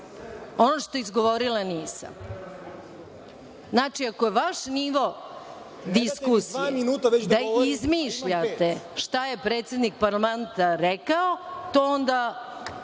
ono što izgovorila nisam. Znači, ako je vaš nivo diskusije da izmišljate šta je predsednik parlamenta rekao, to onda